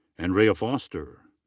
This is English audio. andrea foster.